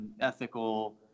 ethical